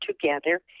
together